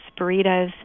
burritos